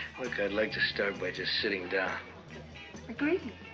look i'd like to start we're just sitting down okay